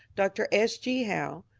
dr. s. g. howe,